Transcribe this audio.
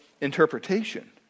interpretation